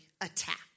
attack